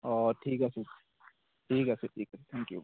অ ঠিক আছে ঠিক আছে ঠিক আছে থেং কিউ